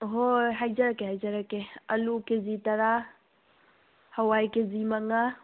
ꯍꯣꯏ ꯍꯣꯏ ꯍꯥꯏꯖꯔꯛꯀꯦ ꯍꯥꯏꯖꯔꯛꯀꯦ ꯑꯂꯨ ꯀꯦꯖꯤ ꯇꯔꯥ ꯍꯋꯥꯏ ꯀꯦꯖꯤ ꯃꯉꯥ